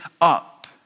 up